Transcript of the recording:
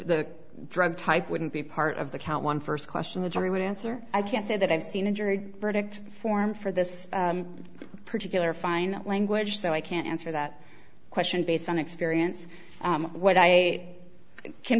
the drug type wouldn't be part of the count one first question the jury would answer i can't say that i've seen injured verdict form for this particular final language so i can't answer that question based on experience what i can